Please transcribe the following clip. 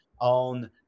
on